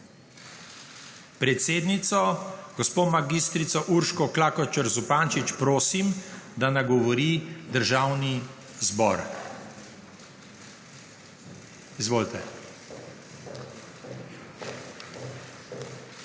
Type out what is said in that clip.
Predsednico mag. Urško Klakočar Zupančič prosim, da nagovori državni zbor. Izvolite.